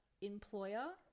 employer